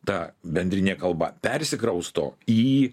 ta bendrinė kalba persikrausto į